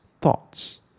thoughts